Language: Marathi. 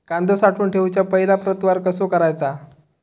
कांदो साठवून ठेवुच्या पहिला प्रतवार कसो करायचा?